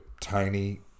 tiny